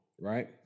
right